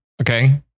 Okay